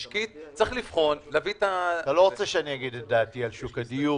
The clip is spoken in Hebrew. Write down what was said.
אנחנו מבקשים, שנגיש הצעת חוק להקל על אזרחי מדינת